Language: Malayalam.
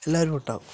എല്ലാവരുമുണ്ടാകും